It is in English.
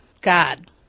God